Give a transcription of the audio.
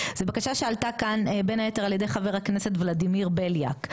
זה בקשה שעלתה כאן בין היתר על ידי חבר הכנסת ולדימיר בליאק,